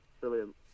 Brilliant